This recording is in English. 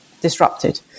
disrupted